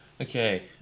Okay